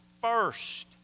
first